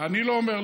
אני לא אומר,